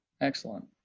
Excellent